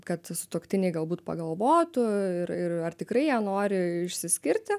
kad sutuoktiniai galbūt pagalvotų ir ir ar tikrai nori išsiskirti